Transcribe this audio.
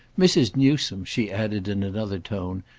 mrs. newsome, she added in another tone,